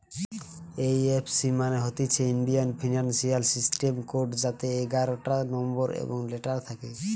এই F C মানে হতিছে ইন্ডিয়ান ফিনান্সিয়াল সিস্টেম কোড যাতে এগারটা নম্বর এবং লেটার থাকে